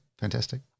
Fantastic